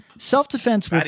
Self-defense